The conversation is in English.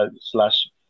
slash